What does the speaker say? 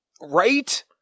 Right